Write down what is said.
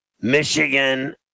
Michigan